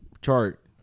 Chart